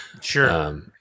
Sure